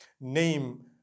name